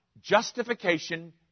justification